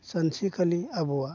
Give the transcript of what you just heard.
सानसेखालि आबौआ